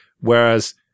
whereas